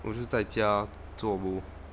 我就是在家做 zobo